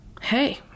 hey